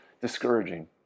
discouraging